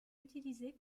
utilisé